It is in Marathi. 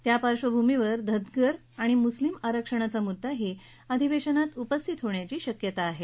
या पार्श्वभूमीवर धनगर आणि मुस्लिम आरक्षणाचा मुद्दाही अधिवेशनात उपस्थित होण्याची शक्यता आहे